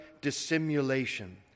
dissimulation